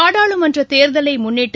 நாடாளுமன்றத் தேர்தலை முன்னிட்டு